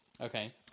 Okay